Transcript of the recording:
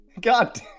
God